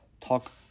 talk